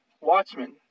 Watchmen